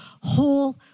whole